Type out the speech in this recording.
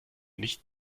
nicht